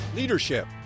Leadership